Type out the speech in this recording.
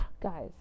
guys